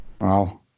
wow